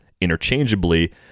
interchangeably